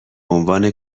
عنوان